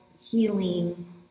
healing